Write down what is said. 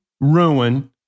ruin